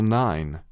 nine